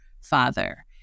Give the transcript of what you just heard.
father